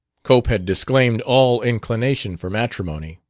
cope had disclaimed all inclination for matrimony.